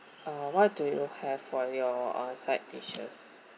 uh what do you have for your uh side dishes